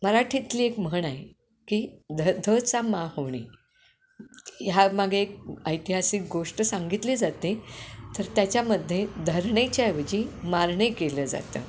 मराठीतली एक म्हण आहे की ध ध चा मा होणे ह्यामागे एक ऐतिहासिक गोष्ट सांगितली जाते तर त्याच्यामध्ये धरणेच्या ऐवजी मारणे केलं जातं